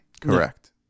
correct